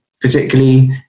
particularly